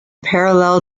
parallel